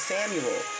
Samuel